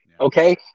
Okay